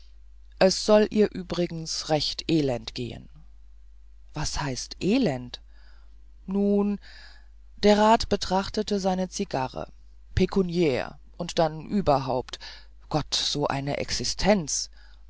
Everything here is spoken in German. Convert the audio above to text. es soll ihr übrigens recht elend gehen was heißt elend nun der rat betrachtete seine zigarre pekuniär und dann überhaupt gott so eine existenz